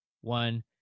one